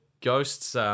Ghosts